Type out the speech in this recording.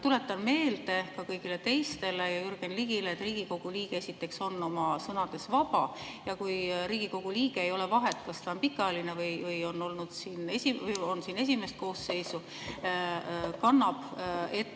tuletan meelde ka kõigile teistele ja Jürgen Ligile, et Riigikogu liige on esiteks oma sõnades vaba ja kui Riigikogu liige – ei ole vahet, kas ta on pikaajaline või siin esimest koosseisu – kannab ette